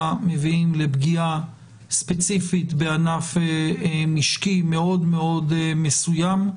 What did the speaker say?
מביאים לפגיעה ספציפית בענף משקי מאוד מאוד מסוים.